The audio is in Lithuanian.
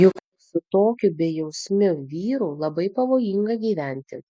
juk su tokiu bejausmiu vyru labai pavojinga gyventi